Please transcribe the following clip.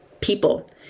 people